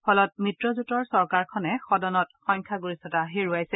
ফলত মিত্ৰজোঁটৰ চৰকাৰখনে সদনত সংখ্যাগৰিষ্ঠতা হেৰুৱাইছে